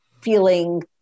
feeling